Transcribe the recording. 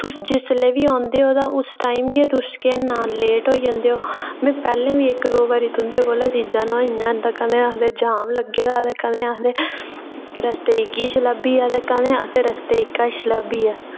तुस जिसलै बी औंदे ओ उस टाइम गै तुस के तुस औंदे बेल्लै लेट होई जंदे ओ में पैह्लें बी तुं'दे कोला इक दो बारी चीजां नुहाइयां ते कदें आखदे जाम लग्गे दा हा ते कदें आखदे ते आखदे कदें रस्ते च किश लब्भी गेआ ते कदें आखदे कि रस्ते च किश लब्भी आ